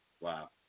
wow